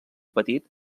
petit